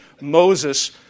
Moses